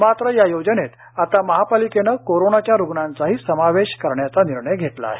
मात्र या योजनेत आता महापालिकेने करोनाच्या रुग्णांचाही समावेश करण्याचा निर्णय घेतला आहे